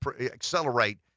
accelerate